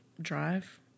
drive